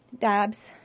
Dabs